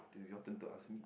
it's your turn to ask me